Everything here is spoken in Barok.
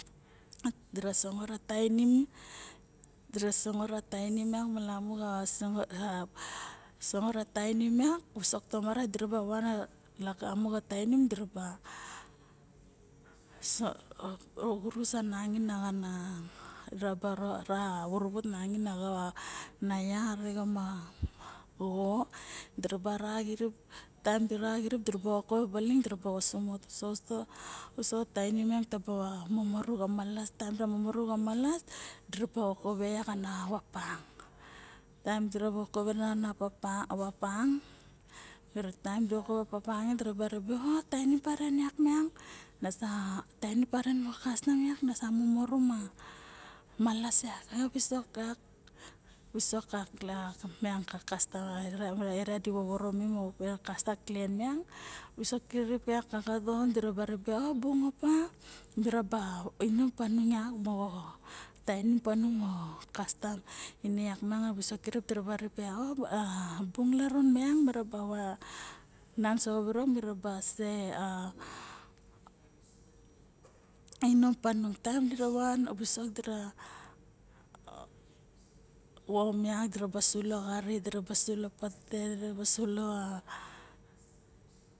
Dira sangot a tainim dira sangot a tainim miang malamu ma visok tomare van lagamo xaren dirabaoxurus onangain ana raba ra vut vuru vut nangain na va vaxin ma xo diraba ra xirip taem di ra xirip dirobo okove ning diraba osumot usouso tainim miang taba moru xa malas taem ta momoru xa malas diraba okove na vapang mira ribe a tainim taren miang moxo kastam ma nasa momoru malas yak e visok ka miang ka miang ka kastam ma di vovoro me de mara vet kastam ka klen miang a visok kirip yak diraba ribe o bung opa diraba inom panung yat moxo tainim tanung moxo kastam ine yak miang visok kirip diraba ribe oa ba bung alrun maing miaraba van soxa virok miraba se a tanung van visok dira oni yak dira sulo xary sulo patete sulo a